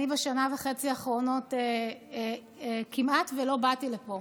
אני בשנה וחצי האחרונות כמעט לא באתי לפה.